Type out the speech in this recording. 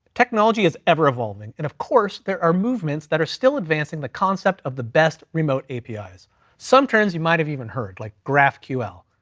technology is ever evolving, and of course there are movements that are still advancing the concept of the best remote apis, some terms you might've even heard, like graphql.